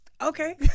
okay